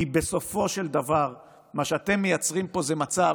כי בסופו של דבר מה שאתם מייצרים פה זה מצב